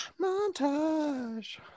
Montage